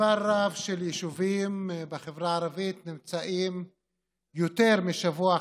מספר רב של יישובים בחברה הערבית נמצאים יותר משבוע,